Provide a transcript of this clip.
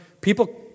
People